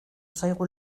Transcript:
zaigu